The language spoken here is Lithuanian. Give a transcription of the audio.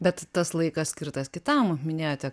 bet tas laikas skirtas kitam minėjote